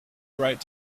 right